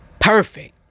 perfect